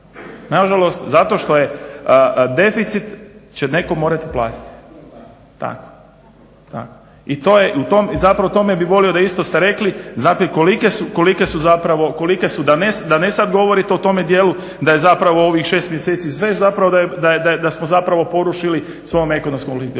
Na žalost. Zato što je deficit će netko morati platiti. Da, i to je, i zapravo o tome bih voli da isto ste rekli kolike su zapravo, da ne sad govorite o tome dijelu da je zapravo ovih 6 mjeseci, da smo zapravo porušili svojom ekonomskom politikom.